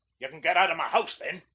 ye can get out of my house, then.